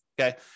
okay